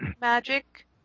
magic